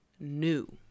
new